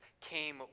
came